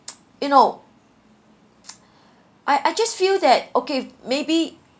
you know I I just feel that okay maybe